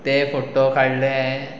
ते फोटो काडले